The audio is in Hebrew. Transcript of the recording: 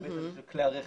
להיבט הזה של כלי הרכב.